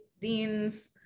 deans